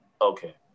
Okay